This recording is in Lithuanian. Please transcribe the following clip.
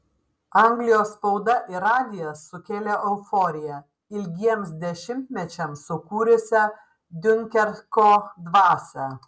anglijos spauda ir radijas sukėlė euforiją ilgiems dešimtmečiams sukūrusią diunkerko dvasią